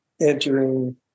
entering